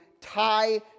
tie